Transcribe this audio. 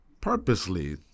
purposely